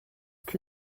que